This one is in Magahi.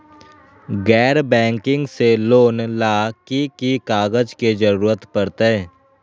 गैर बैंकिंग से लोन ला की की कागज के जरूरत पड़तै?